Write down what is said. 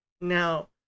Now